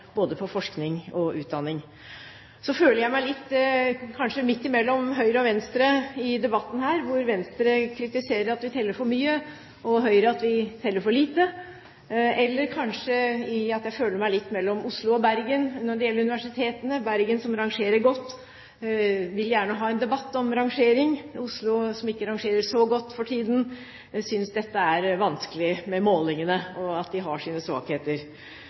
både på forskning og på utdanning. Så føler jeg meg litt midt imellom Høyre og Venstre i debatten, hvor Venstre kritiserer at vi teller for mye og Høyre at vi teller for lite. Kanskje føler jeg meg litt mellom Oslo og Bergen når det gjelder universitetene. Bergen, som rangerer godt, vil gjerne ha en debatt om rangering. Oslo, som ikke rangerer så godt for tiden, synes målingene er vanskelige og at de har sine svakheter.